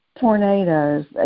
tornadoes